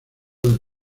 del